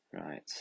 Right